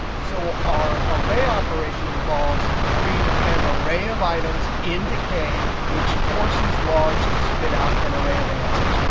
so our array operation involves putting an array of items into k, which forces large to spit out an array of answers.